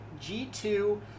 G2